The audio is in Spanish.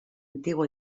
antiguo